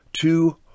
two